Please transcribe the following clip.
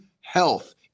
health